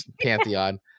Pantheon